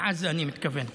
לעזה, אני מתכוון.